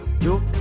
yo